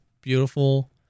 beautiful